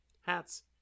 hats